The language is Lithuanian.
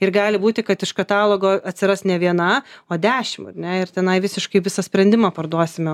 ir gali būti kad iš katalogo atsiras ne viena o dešim ar ne ir tenai visiškai visą sprendimą parduosime